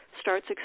starts